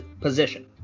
position